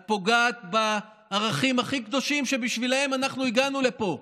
את פוגעת בערכים הכי קדושים שבשבילם אנחנו הגענו לפה.